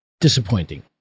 disappointing